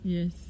Yes